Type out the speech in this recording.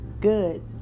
good